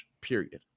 period